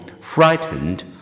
frightened